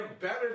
better